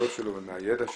ומהיכולות שלו ומהידע שלו,